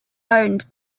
owned